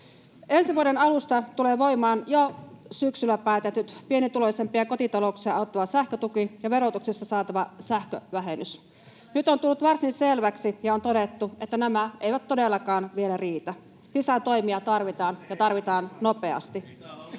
Ensi vuoden alusta tulevat voimaan jo syksyllä päätetyt pienituloisimpia kotitalouksia auttava sähkötuki ja verotuksessa saatava sähkövähennys. Nyt on tullut varsin selväksi ja on todettu, että nämä eivät todellakaan vielä riitä — lisätoimia tarvitaan ja tarvitaan nopeasti.